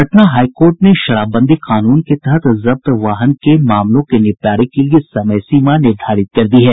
Patna high court ने शराबबंदी कानून के तहत जब्त वाहन के मामले के निपटारे के लिए समय सीमा निर्धारित कर दी है